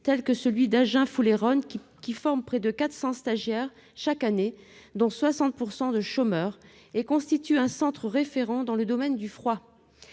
tel que celui d'Agen-Foulayronnes, qui forme près de 400 stagiaires chaque année, dont 60 % de chômeurs, et qui constitue un centre référent dans le domaine du froid.